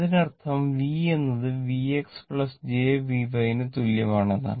അതിനർത്ഥം v എന്നത് v x j Vy ന് തുല്യമാണ് എന്നാണ്